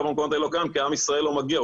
במקומות האלה לא קיים כי עם ישראל לא מגיע,